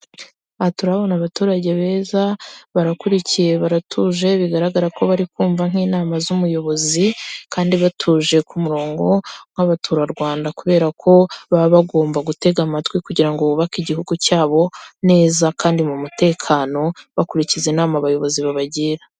Aha turahabona abaturage beza, barakurikiye baratuje bigaragara ko barikumva nk'inama z'umuyobozi kandi batuje ku murorongo, nk'Abaturarwanda kubera ko baba bagomba gutega amatwi kugira ngo bubake igihugu cyabo neza kandi mu mutekano bakurikiza inama babagira.